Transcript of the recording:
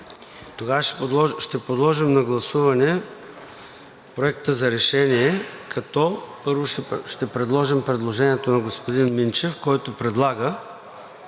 Тогава ще подложа на гласуване Проекта за решение. Първо, ще предложа предложението на господин Минчев, който предлага